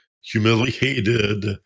humiliated